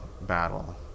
battle